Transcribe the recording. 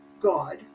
God